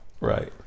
right